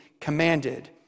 commanded